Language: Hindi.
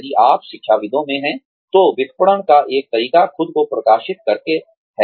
यदि आप शिक्षाविदों में हैं तो विपणन का एक तरीका खुद को प्रकाशित करके है